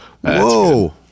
Whoa